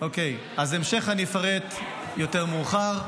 את ההמשך אני אפרט יותר מאוחר.